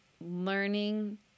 learning